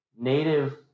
native